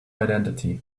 identity